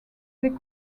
they